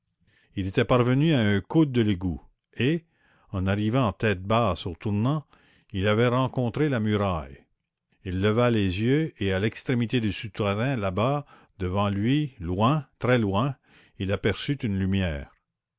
il était parvenu à un coude de l'égout et en arrivant tête basse au tournant il avait rencontré la muraille il leva les yeux et à l'extrémité du souterrain là-bas devant lui loin très loin il aperçut une lumière